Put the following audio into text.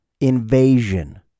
invasion